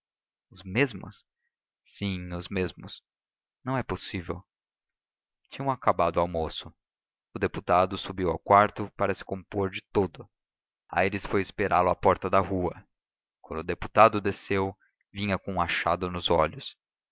os mesmos sim são os mesmos não é possível tinham acabado o almoço o deputado subiu ao quarto para se compor de todo aires foi esperá-lo à porta da rua quando o deputado desceu vinha com um achado nos olhos